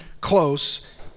close